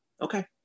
Okay